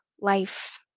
life